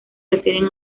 refieren